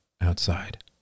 outside